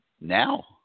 Now